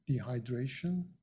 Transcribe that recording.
dehydration